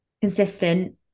consistent